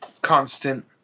constant